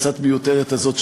הקצת-מיותרת הזאת,